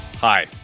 Hi